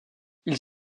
ils